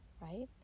right